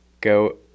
go